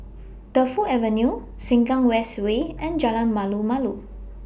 Defu Avenue Sengkang West Way and Jalan Malu Malu